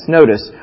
Notice